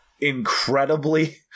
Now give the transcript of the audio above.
incredibly